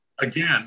Again